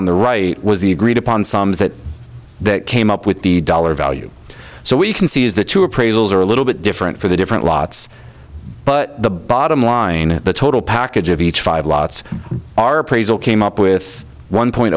on the right was the agreed upon sums that that came up with the dollar value so we can see as the two appraisals are a little bit different for the different lots but the bottom line the total package of each five lots are appraisal came up with one point